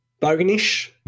Boganish